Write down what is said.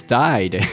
died